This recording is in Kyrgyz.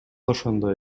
ошондой